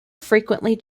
frequently